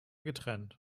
getrennt